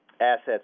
assets